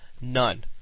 None